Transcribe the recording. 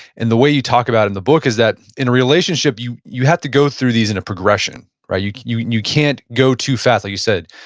and the way you talk about in the book is that in a relationship you you have to go through these in a progression. yeah you you can't go too fast like you said.